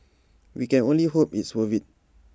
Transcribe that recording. we can only hope it's worth IT